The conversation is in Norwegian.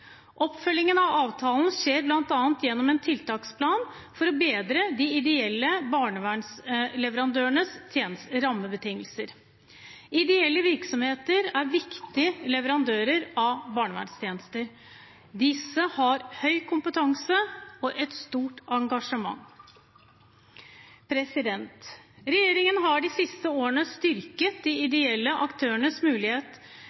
Oppfølgingen av avtalen skjer bl.a. gjennom en tiltaksplan for å bedre de ideelle barnevernsleverandørenes rammebetingelser. Ideelle virksomheter er viktige leverandører av barnevernstjenester. Disse har høy kompetanse og et stort engasjement. Regjeringen har de siste årene styrket de ideelle aktørenes mulighet